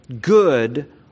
good